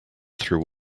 through